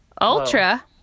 Ultra